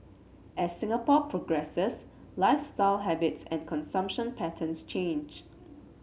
as Singapore progresses lifestyle habits and consumption patterns change